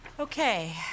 Okay